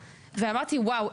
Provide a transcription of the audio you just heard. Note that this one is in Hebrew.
אמרתי: וואו,